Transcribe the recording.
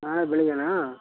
ನಾಳೆ ಬೆಳಗ್ಗೆನಾ